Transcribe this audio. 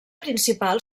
principal